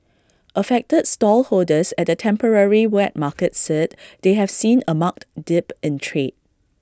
affected stallholders at the temporary wet market said they have seen A marked dip in trade